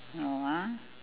no ah